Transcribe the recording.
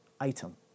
item